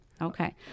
Okay